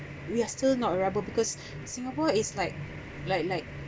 we are still not rebel because singapore is like like like